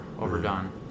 overdone